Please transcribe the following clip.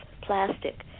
plastic